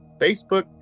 Facebook